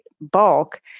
bulk